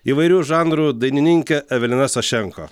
įvairių žanrų dainininkė evelina sašenko